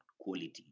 quality